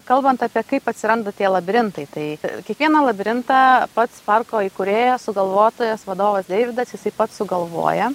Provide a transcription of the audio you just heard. kalbant apie kaip atsiranda tie labirintai tai e kiekvieną labirintą pats parko įkūrėjas sugalvotojas vadovas deividas jisai pats sugalvoja